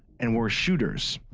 and were shooters.